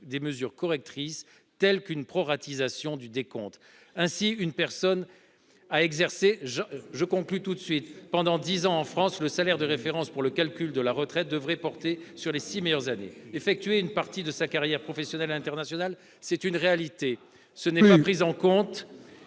des mesures correctrices tels qu'une proratisation du décompte ainsi une personne. À exercer je je conclus tout de suite pendant 10 ans en France, le salaire de référence pour le calcul de la retraite devrait porter sur les 6 meilleures années effectuer une partie de sa carrière professionnelle international c'est une réalité, ce n'est pas pris en compte